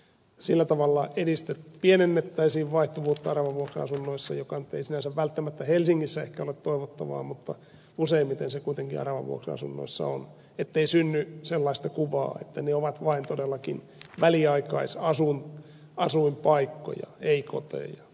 sillä tavalla pienennettäisiin vaihtuvuutta aravavuokra asunnoissa joka nyt ei sinänsä välttämättä helsingissä ehkä ole toivottavaa mutta useimmiten se kuitenkin aravavuokra asunnoissa on ettei synny sellaista kuvaa että ne ovat vain todellakin väliaikaisasuinpaikkoja ei koteja